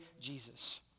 Jesus